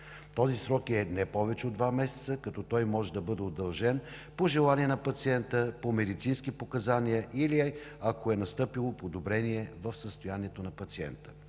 Този срок е не повече от два месеца, като той може да бъде удължен по желание на пациента, по медицински показания или ако е настъпило подобрение в състоянието на пациента.